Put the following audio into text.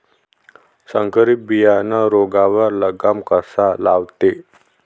संकरीत बियानं रोगावर लगाम कसा लावते?